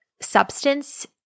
substance